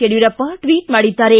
Yediyurappa tweet ಮಾಡಿದ್ದಾರೆ